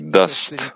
dust